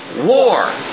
war